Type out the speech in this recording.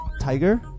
Tiger